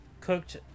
cooked